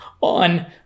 on